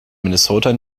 minnesota